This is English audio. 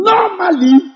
Normally